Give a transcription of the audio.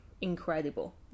incredible